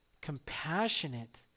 compassionate